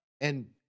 And-